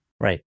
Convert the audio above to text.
Right